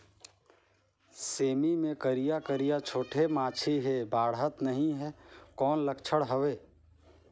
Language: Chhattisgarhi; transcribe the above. सेमी मे करिया करिया छोटे माछी हे बाढ़त नहीं हे कौन लक्षण हवय?